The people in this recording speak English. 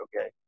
okay